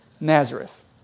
Nazareth